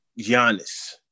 Giannis